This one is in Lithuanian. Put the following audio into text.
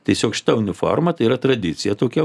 tiesiog šita uniforma tai yra tradicija tokia